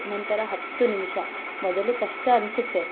ನಂತರ ನಿಮಿಷ ಮೊದಲು ಕಷ್ಟ ಅನ್ನಿಸುತ್ತೆ